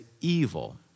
evil